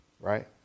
Right